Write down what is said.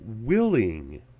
willing